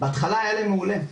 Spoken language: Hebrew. בהתחלה היה להם מעולה,